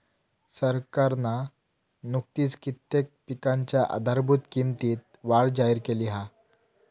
सरकारना नुकतीच कित्येक पिकांच्या आधारभूत किंमतीत वाढ जाहिर केली हा